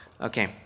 Okay